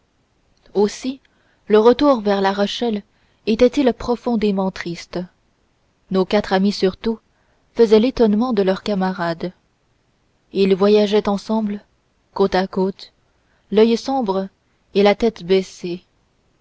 aussi le retour vers la rochelle était-il profondément triste nos quatre amis surtout faisaient l'étonnement de leurs camarades ils voyageaient ensemble côte à côte l'oeil sombre et la tête baissée